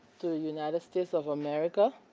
to the united states of america,